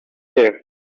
there